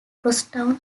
crosstown